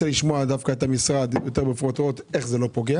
לשמוע דווקא את המשרד איך זה לא פוגע